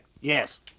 Yes